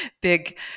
big